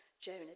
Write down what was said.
Jonah